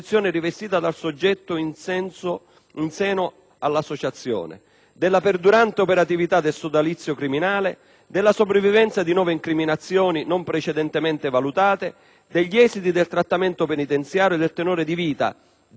in seno all'associazione, della perdurante operatività del sodalizio criminale, della sopravvivenza di nuove incriminazioni non precedentemente valutate, degli esiti del trattamento penitenziario e del tenore di vita dei familiari del sottoposto.